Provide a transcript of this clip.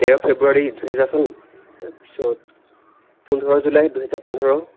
তেৰ ফেব্ৰুৱাৰী দুহেজাৰ চন তাৰ পিছত পোন্ধৰ জুলাই দুহেজাৰ পোন্ধৰ